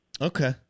Okay